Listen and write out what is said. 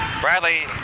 Bradley